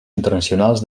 internacionals